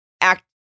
act